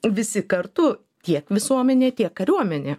visi kartu tiek visuomenė tiek kariuomenė